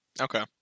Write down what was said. okay